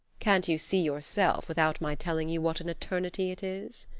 can't you see yourself, without my telling you, what an eternity it is?